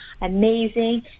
amazing